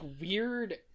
weird